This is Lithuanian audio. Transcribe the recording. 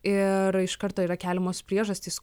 ir iš karto yra keliamos priežastys